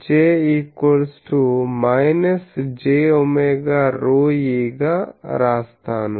J jωρe గా రాస్తాను